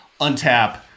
untap